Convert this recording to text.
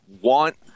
want